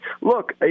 Look